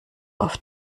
auf